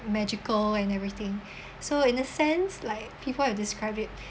magical and everything so in a sense like people have described it